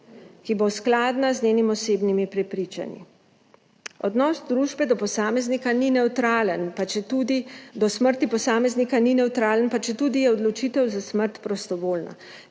ki bo skladna z njenimi osebnimi prepričanji. Odnos družbe do posameznika ni nevtralen, pa četudi je odločitev za smrt prostovoljna.